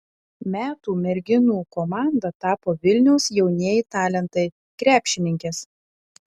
metų merginų komanda tapo vilniaus jaunieji talentai krepšininkės